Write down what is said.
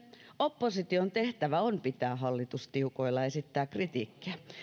opposition tehtävä on pitää hallitus tiukoilla esittää kritiikkiä